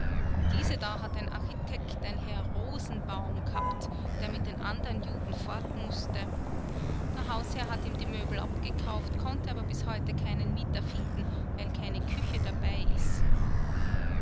diese da hat ein architekt ein herr rosenbaum gehabt der mit den anderen juden fort mußte der hausherr hat ihm die möbel abgekauft konnte aber bis heute keinen mieter finden weil keine küche dabei ist